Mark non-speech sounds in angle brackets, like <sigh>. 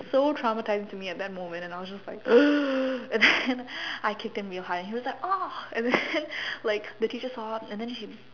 so traumatizing to me at that moment and I was just like <noise> and then <laughs> I kicked him real hard and he was like !aww! and then <laughs> like the teacher saw and then she